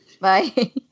Bye